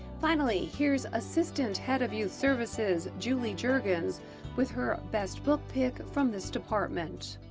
finally here's assistant head of youth services julie jergens with her best book pick from this department.